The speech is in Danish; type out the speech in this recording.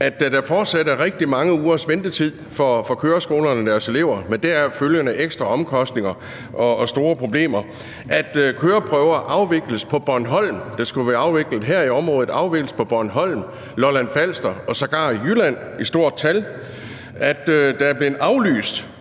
At der er forsat mange ugers ventetid for køreskolerne og deres elever med deraf følgende ekstra omkostninger og store problemer. At køreprøver, som skulle være afviklet her i området, afvikles på Bornholm, Lolland-Falster og sågar i Jylland i stort tal. At der er blevet aflyst